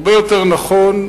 הרבה יותר נכון,